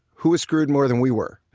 who is screwed more than we were?